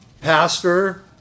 pastor